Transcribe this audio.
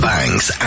Banks